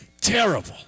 Terrible